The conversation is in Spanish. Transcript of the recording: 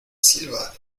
silba